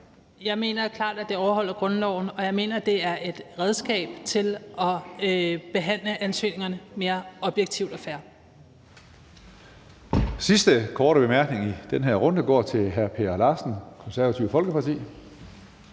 Jeg mener klart, at det overholder grundloven, og jeg mener, at det er et redskab til at behandle ansøgningerne mere objektivt og fair.